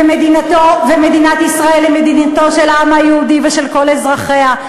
ושמדינת ישראל היא מדינתו של העם היהודי ושל כל אזרחיה.